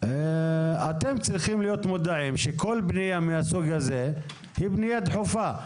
אתם צריכים להיות מודעים שכל פנייה מהסוג הזה היא פנייה דחופה.